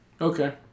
Okay